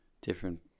different